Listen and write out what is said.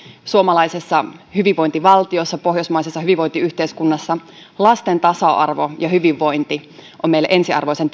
suomalaisessa hyvinvointivaltiossa pohjoismaisessa hyvinvointiyhteiskunnassa lasten tasa arvo ja hyvinvointi ovat meille ensiarvoisen